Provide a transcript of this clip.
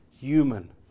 human